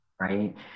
Right